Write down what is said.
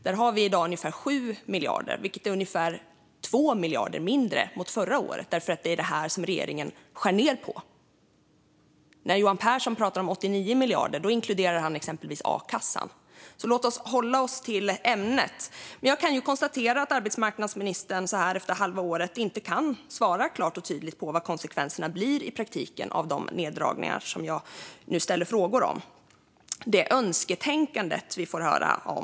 Där har vi i dag ungefär 7 miljarder, vilket är ungefär 2 miljarder mindre än förra året, för det är detta som regeringen skär ned på. När Johan Pehrson pratade om 89 miljarder inkluderade han exempelvis a-kassan. Så låt oss hålla oss till ämnet. Jag kan ju konstatera att Johan Pehrson så här efter ett halvår som arbetsmarknadsminister inte kan svara klart och tydligt på vad konsekvenserna i praktiken blir av de neddragningar som jag nu ställer frågor om. Det är önsketänkande som vi får höra om.